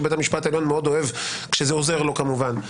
שבית המשפט העליון מאוד אוהב כשזה עוזר לו כמובן,